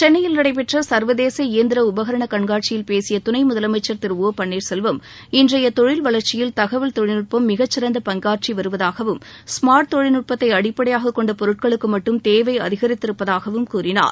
சென்னையில் நடைபெற்ற சர்வதேச இயந்திர உபகரண கண்காட்சியில் பேசிய துணை முதலமைச்சர் திரு ஒ பன்னீர்செல்வம் இன்றைய தொழில் வளர்ச்சியில் தகவல் தொழில்நுட்பம் மிகச் சிறந்த பங்காற்றி வருவதாகவும் ஸ்மார்ட் தொழில்நுட்பத்தை அடிப்படையாக கொண்ட பொருட்களுக்கு மட்டும் தேவை அதிகரித்து இருப்பதாகவும் கூறினார்